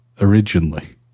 originally